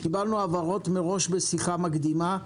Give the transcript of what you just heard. קבלנו הבהרות בשיחה מקדימה,